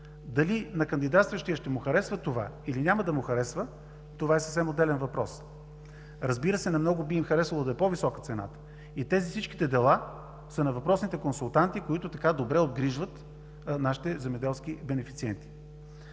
Дали на кандидатстващия ще му харесва това, или няма да му харесва, това е съвсем отделен въпрос. Разбира се, на много би им харесало да е по-висока цената. И тези всичките дела са на въпросните консултанти, които така добре обгрижват нашите земеделски бенефициенти.